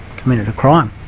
committed a crime.